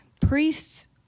priests